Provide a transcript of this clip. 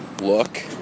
look